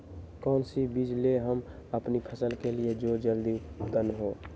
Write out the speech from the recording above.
कौन सी बीज ले हम अपनी फसल के लिए जो जल्दी उत्पन हो?